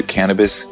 Cannabis